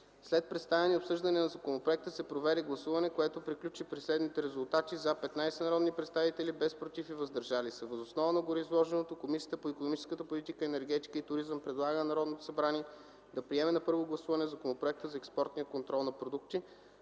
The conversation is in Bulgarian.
След представяне и обсъждане на законопроекта се проведе гласуване, което приключи при следните резултати: „за” – 15 народни представители, без „против” и „въздържали се”. Въз основа на гореизложеното Комисията по икономическата политика, енергетика и туризъм, предлага на Народното събрание да приеме на първо гласуване Законопроекта за експортния контрол на продукти,